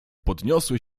podniosły